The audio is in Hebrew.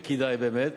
וכדאי באמת,